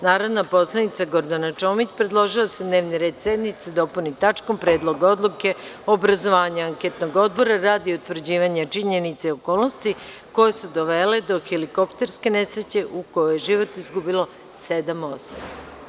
Narodna poslanica Gordana Čomić predložila je da se dnevni red sednice dopuni tačkom - Predlog odluke o obrazovanju anketnog odbora radi utvrđivanja činjenica i okolnosti koje su dovele do helikopterske nesreće u kojoj je život izgubilo sedam osoba.